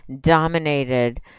dominated